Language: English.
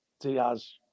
Diaz